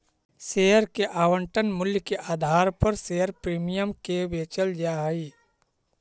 share के आवंटन मूल्य के आधार पर शेयर प्रीमियम के बेचल जा हई